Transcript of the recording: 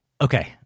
Okay